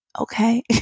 Okay